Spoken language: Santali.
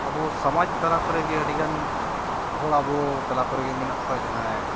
ᱟᱵᱚ ᱥᱚᱢᱟᱡᱽ ᱛᱟᱞᱟ ᱠᱚᱨᱮᱜᱮ ᱟᱹᱰᱤᱜᱟᱱ ᱦᱚᱲ ᱟᱵᱚ ᱛᱟᱞᱟ ᱠᱚᱨᱮᱜᱮ ᱢᱮᱱᱟᱜ ᱠᱚᱣᱟ ᱡᱟᱦᱟᱸᱭ